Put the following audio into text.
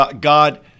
God